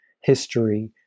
history